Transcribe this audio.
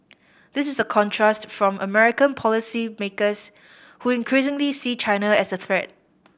this is a contrast from American policymakers who increasingly see China as a threat